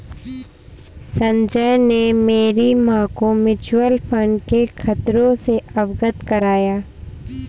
संजय ने मेरी मां को म्यूचुअल फंड के खतरों से अवगत कराया